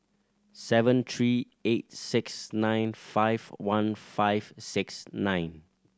seven three eight six nine five one five six nine